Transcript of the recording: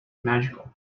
magical